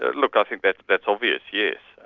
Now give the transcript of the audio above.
look, i think that's that's obvious, yes.